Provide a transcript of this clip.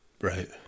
Right